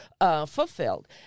fulfilled